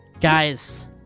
Guys